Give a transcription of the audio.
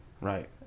Right